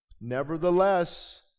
Nevertheless